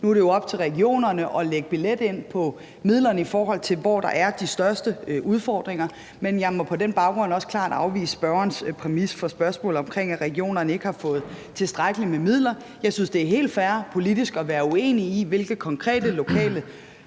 Nu er det jo op til regionerne at lægge billet ind på midlerne, i forhold til hvor der er de største udfordringer, men jeg må på den baggrund også klart afvise spørgerens præmis for spørgsmålet om, at regionerne ikke har fået tilstrækkeligt med midler. Jeg synes, at det er helt fair at være politisk uenig i, hvilke konkrete lokale